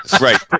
Right